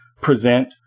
present